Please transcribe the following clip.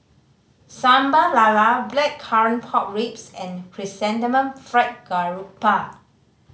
Sambal Lala Blackcurrant Pork Ribs and Chrysanthemum Fried Garoupa